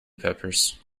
peppers